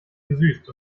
gesüßt